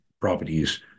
properties